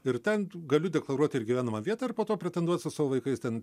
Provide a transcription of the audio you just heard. ir ten galiu deklaruot ir gyvenamą vietą ir po to pretenduot su savo vaikais ten